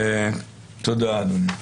תודה, אדוני.